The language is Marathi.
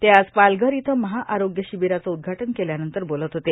ते आज पालघर इथं महाआरोग्य शिबिराचं उद्घाटन केल्यानंतर बोलत होते